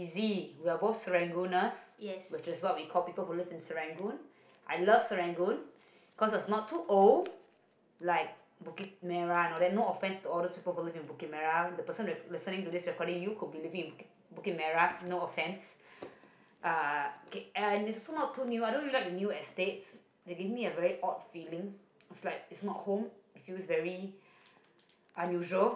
yes